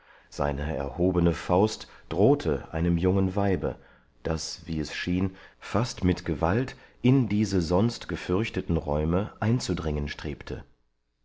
seine erhobene faust drohte einem jungen weibe das wie es schien fast mit gewalt in diese sonst gefürchteten räume einzudringen strebte